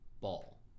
ball